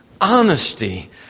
honesty